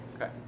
okay